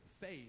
faith